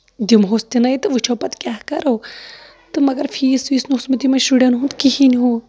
دِمہوس تہِ نَے تہٕ وُچھو پَتہٕ کیاہ کرو تہٕ مَگر فیٖس ویٖس نہٕ اوسمُت یِمن شُرٮ۪ن ہُند کِہینۍ ہُہ